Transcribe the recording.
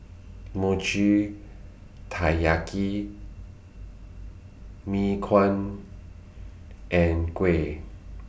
Mochi Taiyaki Mee Kuah and Kuih